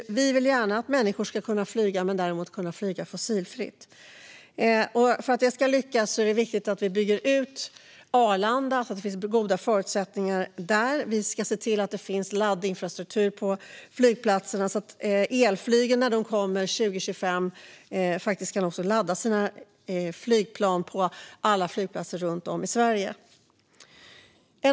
Vi vill gärna att människor ska kunna flyga, men de ska kunna flyga fossilfritt. För att detta ska lyckas är det viktigt att Arlanda byggs ut så att det finns goda förutsättningar där. Det ska finnas laddinfrastruktur på flygplatserna så att elflygplanen kan laddas på alla flygplatser runt om i Sverige när de kommer 2025.